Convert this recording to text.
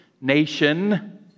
nation